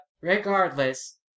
regardless